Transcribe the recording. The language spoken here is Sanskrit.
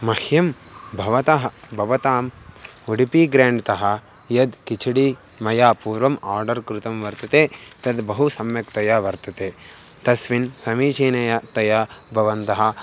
मह्यं भवतः भवताम् उडुपि ग्रेण्ड्तः यद् किचडि मया पूर्वम् आर्डर् कृतं वर्तते तद् बहु सम्यक्तया वर्तते तस्मिन् समीचीनतया भवन्तः